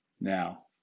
Now